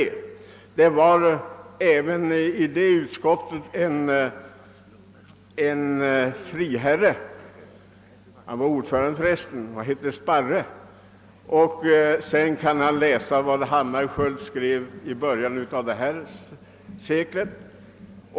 I det utskottet fanns det också en friherre — han var för övrigt ordförande i utskottet och hette Sparre. Man kan också läsa vad Hammarskjöld skrev i början av detta sekel.